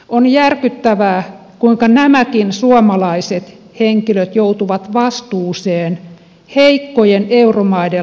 on järkyttävää kuinka nämäkin suomalaiset henkilöt joutuvat vastuuseen heikkojen euromaiden lainoista